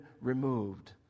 removed